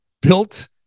Built